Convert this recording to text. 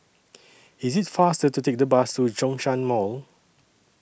IS IT faster to Take The Bus to Zhongshan Mall